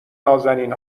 نــازنین